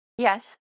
Yes